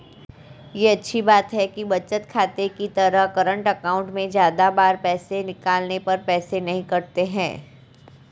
ये अच्छी बात है कि बचत खाते की तरह करंट अकाउंट में ज्यादा बार पैसे निकालने पर पैसे नही कटते है